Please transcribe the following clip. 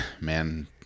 Man